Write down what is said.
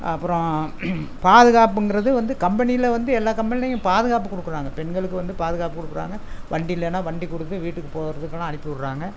அப்புறோம் பாதுகாப்புங்கிறது வந்து கம்பெனியில் வந்து எல்லா கம்பெனிலேயும் பாதுகாப்பு கொடுக்கறாங்க பெண்களுக்கு வந்து பாதுகாப்பு கொடுக்கறாங்க வண்டி இல்லைனா வண்டி கொடுத்து வீட்டுக்கு போகிறதுக்குலாம் அனுப்பிவிடுறாங்க